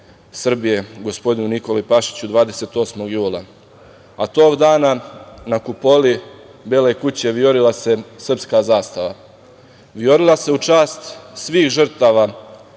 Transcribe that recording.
Srbije, gospodinu Nikoli Pašiću 28. jula, a tog dana, na kupoli Bele kuće viorila se srpska zastava. Viorila se u čast svih žrtava